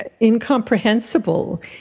incomprehensible